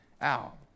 out